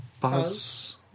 Buzz